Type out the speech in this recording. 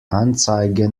anzeige